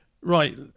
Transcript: right